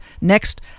next